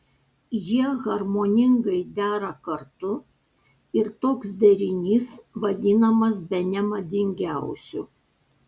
jie harmoningai dera kartu ir toks derinys vadinamas bene madingiausiu